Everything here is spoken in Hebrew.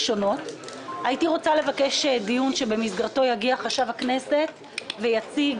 הייתי רוצה לבקש דיון שבמסגרתו יגיע חשב הכנסת ויציג